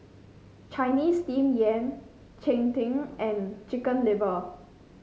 Chinese Steamed Yam Cheng Tng and Chicken Liver